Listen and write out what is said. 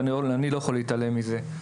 אני לא יכול להתעלם מזה.